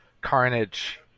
carnage